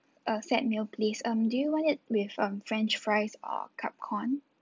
a set meal please um do you want it with um french fries or cup corn